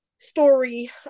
story